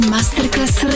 Masterclass